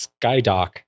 Skydoc